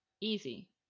easy